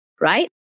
Right